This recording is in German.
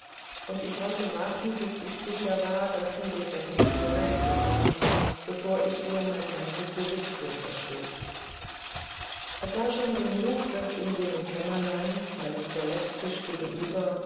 und ich wollte warten bis ich sicher war daß sie lebendig zur welt gekommen bevor ich ihr mein ganzes besitztum verschrieb es war schon genug daß in jenem kämmerlein meinem toilettetisch gegenüber